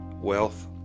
wealth